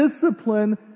discipline